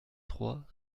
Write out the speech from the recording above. trois